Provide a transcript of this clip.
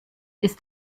ist